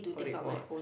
what it was